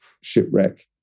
shipwreck